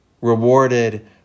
Rewarded